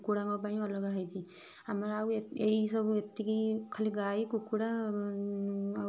କୁକୁଡ଼ାଙ୍କ ପାଇଁ ଅଲଗା ହୋଇଛି ଆମର ଆଉ ଏହି ସବୁ ଏତିକି ଖାଲି ଗାଈ କୁକୁଡ଼ା ଆଉ